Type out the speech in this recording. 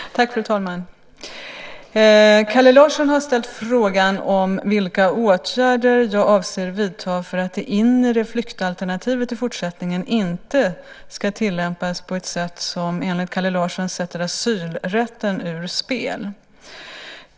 Fru talman! Kalle Larsson har ställt en fråga om vilka åtgärder jag avser att vidta för att det inre flyktalternativet i fortsättningen inte ska tillämpas på ett sätt som enligt Kalle Larsson sätter asylrätten ur spel.